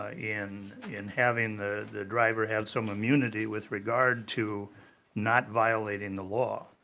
ah in in having the the driver has some immunity with regard to not violating the law?